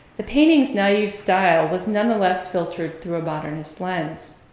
the painting's naive style was nonetheless filtered through a modernist lens.